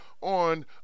on